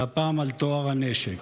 והפעם, על טוהר הנשק.